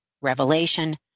Revelation